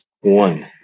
One